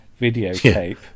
videotape